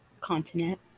continent